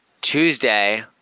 Tuesday